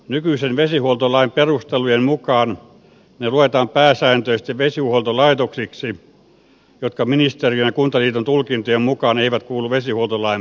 nykyisen vesihuoltolain perustelujen mukaan ne luetaan pääsääntöisesti vesihuoltolaitoksiksi jotka ministeriön ja kuntaliiton tulkintojen mukaan eivät kuulu vesihuoltolain piiriin